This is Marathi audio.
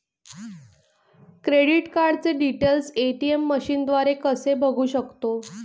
क्रेडिट कार्डचे डिटेल्स ए.टी.एम मशीनद्वारे कसे बघू शकतो?